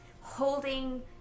holding